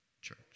church